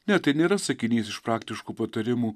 ne tai nėra sakinys iš praktiškų patarimų